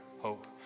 hope